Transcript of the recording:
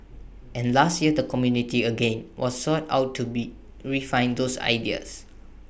and last year the community again was sought out to be refine those ideas